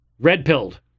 red-pilled